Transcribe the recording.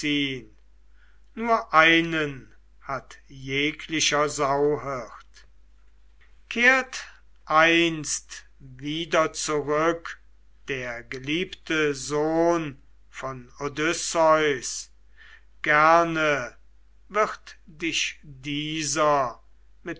nur einen hat jeglicher sauhirt kehrt einst wieder zurück der geliebte sohn von odysseus gerne wird dich dieser